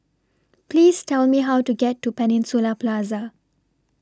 Please Tell Me How to get to Peninsula Plaza